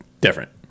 different